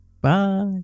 bye